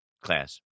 class